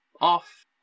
off